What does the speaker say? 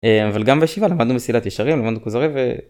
אבל גם בישיבה למדנו מסילת ישרים, למדנו כוזרי ו...